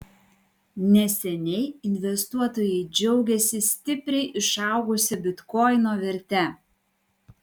neseniai investuotojai džiaugėsi stipriai išaugusia bitkoino verte